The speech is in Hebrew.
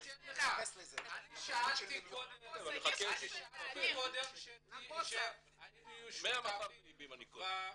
שאלתי קודם האם הם יהיו שותפים בעניין.